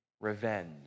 revenge